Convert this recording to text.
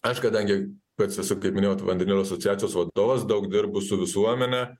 aš kadangi pats esu kaip minėjau to vandenilio asociacijos vadovas daug dirbu su visuomene